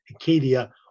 acadia